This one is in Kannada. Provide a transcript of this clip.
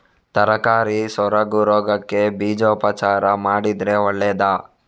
ತರಕಾರಿ ಸೊರಗು ರೋಗಕ್ಕೆ ಬೀಜೋಪಚಾರ ಮಾಡಿದ್ರೆ ಒಳ್ಳೆದಾ?